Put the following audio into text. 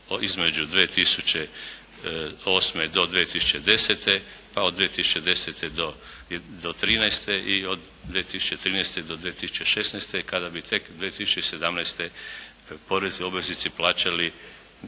između 2008. do 2010. a od 2010. do 2013. i od 2013. do 2016. kada bi tek 2017. porezni obveznici plaćali